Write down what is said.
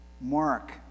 mark